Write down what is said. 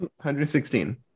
116